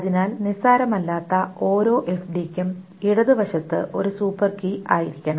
അതിനാൽ നിസ്സാരമല്ലാത്ത ഓരോ എഫ്ഡിക്കും ഇടത് വശത്ത് ഒരു സൂപ്പർ കീ ആയിരിക്കണം